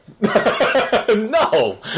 No